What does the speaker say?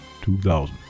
2000